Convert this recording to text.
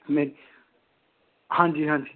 हांजी हांजी